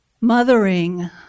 Mothering